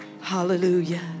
Hallelujah